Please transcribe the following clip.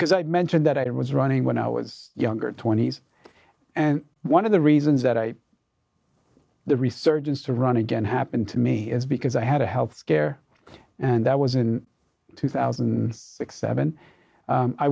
because i mentioned that it was running when i was younger twenty's and one of the reasons that i the resurgence to run again happened to me is because i had a health scare and that was in two thousand and six seven